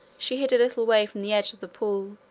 she hid a little way from the edge of the pool,